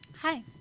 Hi